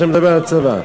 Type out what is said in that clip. עכשיו נדבר על צבא.